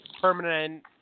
permanent